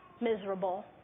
miserable